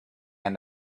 and